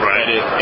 Right